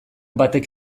batek